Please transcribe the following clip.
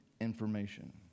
information